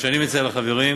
מה שאני מציע לחברים,